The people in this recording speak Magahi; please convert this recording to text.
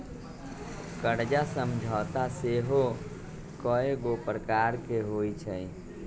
कर्जा समझौता सेहो कयगो प्रकार के होइ छइ